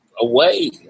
away